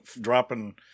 dropping